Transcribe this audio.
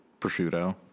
prosciutto